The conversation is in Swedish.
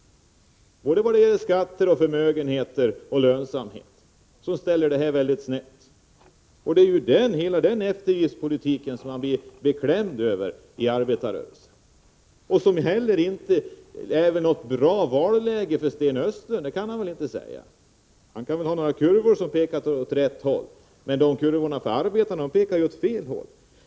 Såväl vad gäller skatter, förmögenheter som lönsamhet blir relationen mellan olika människor mycket sned. Det är hela denna eftergiftspolitik som man blir beklämd över i arbetarrörelsen och som inte heller ger något bra valläge för Sten Östlund. Han kan väl visa på några kurvor som pekar åt rätt håll, men de kurvor som gäller arbetarna pekar åt fel håll.